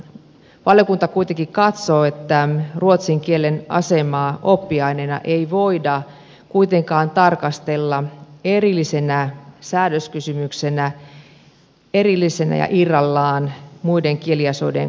valiokunta kuitenkin katsoo että ruotsin kielen asemaa oppiaineena ei voida kuitenkaan tarkastella erillisenä säädöskysymyksenä erillisenä ja irrallaan muiden kieliasioiden kokonaisuudesta